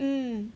mm